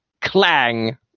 clang